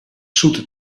zoeter